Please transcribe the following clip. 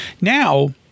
Now